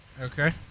Okay